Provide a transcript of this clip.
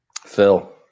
Phil